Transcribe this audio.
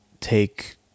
take